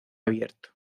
abierto